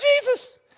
Jesus